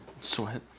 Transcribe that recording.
Sweat